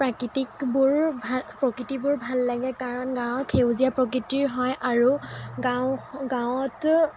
প্ৰাকৃতিকবোৰ ভা প্ৰকৃতিবোৰ ভাল লাগে কাৰণ গাঁৱত সেউজীয়া প্ৰকৃতিৰ হয় আৰু গাঁও গাঁৱত